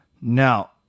now